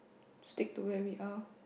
stick to where we are